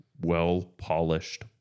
well-polished